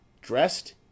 Dressed